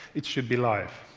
it should be live.